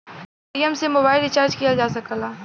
Paytm से mobile recharge किहल जा सकला